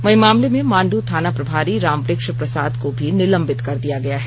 वहीं मामले में मांडू थाना प्रभारी राम वृक्ष प्रसाद को भी निलंबित कर दिया गया है